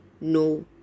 no